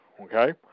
okay